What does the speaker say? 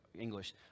English